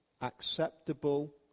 acceptable